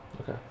Okay